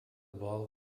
ball